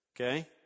Okay